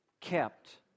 kept